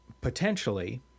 potentially